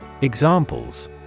Examples